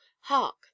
hark